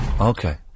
Okay